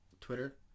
Twitter